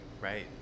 Right